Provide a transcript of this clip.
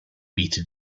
beta